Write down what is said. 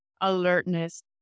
alertness